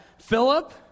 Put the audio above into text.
Philip